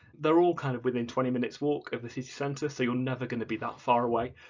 they're all kind of within twenty minutes walk of the city centre so you're never going to be that far away.